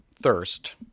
Thirst